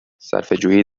صرفهجویی